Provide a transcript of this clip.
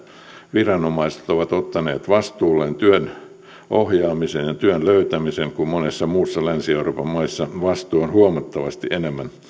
viranomaiset ovat ottaneet vastuulleen työn ohjaamisen ja työn löytämisen kun monissa muissa länsi euroopan maissa vastuu on huomattavasi enemmän